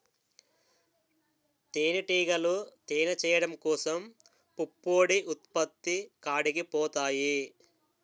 తేనిటీగలు తేనె చేయడం కోసం పుప్పొడి ఉత్పత్తి కాడికి పోతాయి